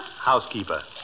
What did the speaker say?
housekeeper